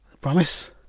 Promise